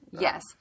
Yes